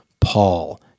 Paul